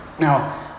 Now